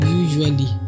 usually